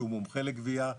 שהוא מומחה לגבייה.